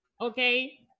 okay